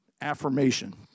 affirmation